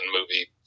movie